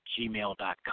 gmail.com